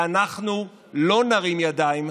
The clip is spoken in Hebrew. ואנחנו לא נרים ידיים,